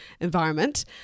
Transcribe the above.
environment